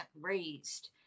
raised